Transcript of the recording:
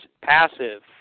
passive